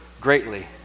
greatly